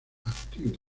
activa